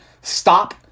stop